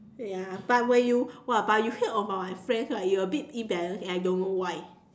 ya but when you !wah! you heard about my friends you a bit embarrassed and I don't know why